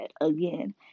again